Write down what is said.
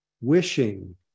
Wishing